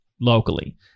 locally